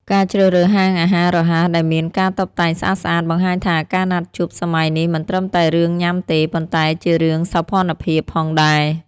ការជ្រើសរើសហាងអាហាររហ័សដែលមានការតុបតែងស្អាតៗ បង្ហាញថាការណាត់ជួបសម័យនេះមិនត្រឹមតែរឿងញ៉ាំទេ ប៉ុន្តែជារឿង «សោភ័ណភាព» ផងដែរ។